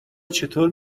چطور